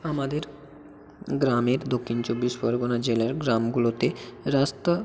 আমাদের গ্রামের দক্ষিণ চব্বিশ পরগনা জেলার গ্রামগুলোতে রাস্তা